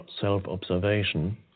self-observation